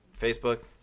Facebook